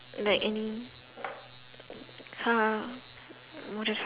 like any !huh! just